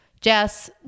Jess